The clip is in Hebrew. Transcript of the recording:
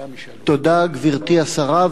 גברתי השרה,